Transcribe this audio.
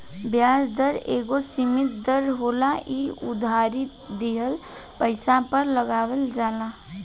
ब्याज दर एगो सीमित दर होला इ उधारी दिहल पइसा पर लगावल जाला